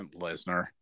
Lesnar